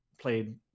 played